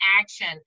action